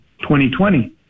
2020